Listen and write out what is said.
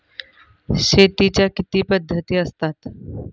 शेतीच्या किती पद्धती असतात?